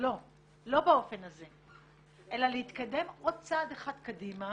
לא באופן הזה, אלא להתקדם עוד צעד אחד קדימה